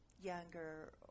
younger